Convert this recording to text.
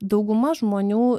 dauguma žmonių